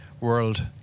world